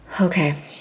Okay